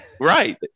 Right